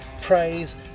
praise